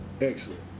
excellent